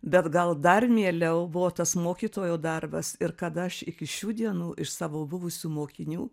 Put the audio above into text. bet gal dar mieliau buvo tas mokytojo darbas ir kad aš iki šių dienų iš savo buvusių mokinių